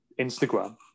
Instagram